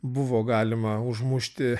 buvo galima užmušti